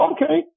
Okay